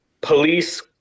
police